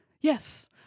yes